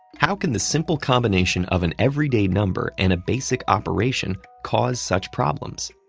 how can the simple combination of an everyday number and a basic operation cause such problems?